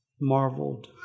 marveled